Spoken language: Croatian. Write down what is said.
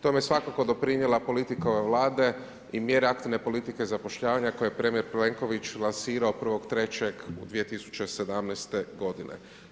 Tome je svakako doprinijela politika ove Vlade i mjere aktivne politike zapošljavanja koje je premijer Plenković lansirao 1.3.2017. godine.